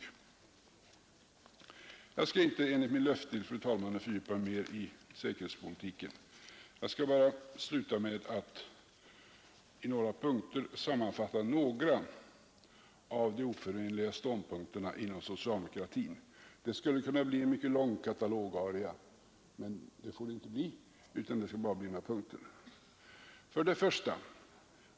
I enlighet med mitt löfte till fru talmannen skall jag inte fördjupa mig mer i säkerhetspolitiken, utan jag skall bara sluta med att i några punkter sammanfatta en del av de oförenliga ståndpunkterna inom socialdemokratin. Det skulle kunna bli en mycket lång katalogaria, men det får det inte bli. Som jag sade skall det bara bli några punkter. 1.